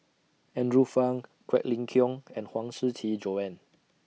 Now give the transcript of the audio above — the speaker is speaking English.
Andrew Phang Quek Ling Kiong and Huang Shiqi Joan